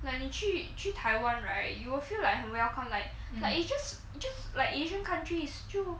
那你去去 taiwan right you will feel like 很 welcome like like you just just like asian countries 就